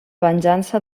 venjança